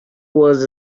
was